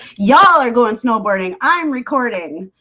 y'all are going snowboarding. i'm recording.